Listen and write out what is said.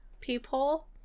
peephole